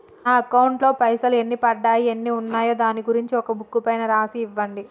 నా అకౌంట్ లో పైసలు ఎన్ని పడ్డాయి ఎన్ని ఉన్నాయో దాని గురించి ఒక బుక్కు పైన రాసి ఇవ్వండి?